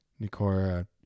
nikora